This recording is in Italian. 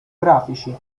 grafici